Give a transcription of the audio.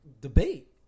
Debate